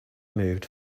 moved